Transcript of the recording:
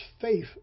faith